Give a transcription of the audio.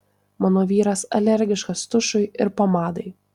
mano vyras alergiškas tušui ir pomadai